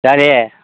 சரி